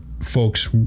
folks